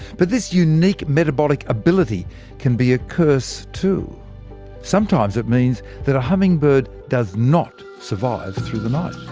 but this unique metabolic ability can be a curse too sometimes it means that a hummingbird does not survive through the night.